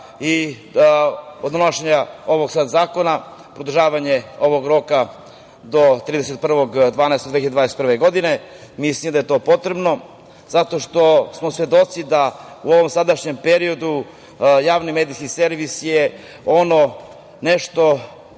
i donošenja ovog zakona, produžavanja roka do 31.12.2021. godine, mislim da je to potrebno zato što smo svedoci da u ovom sadašnjom periodu javni medijski servis je ono nešto